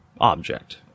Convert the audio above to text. object